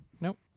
nope